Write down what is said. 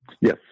Yes